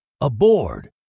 Aboard